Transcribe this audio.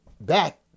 back